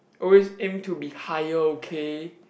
always aim to be higher okay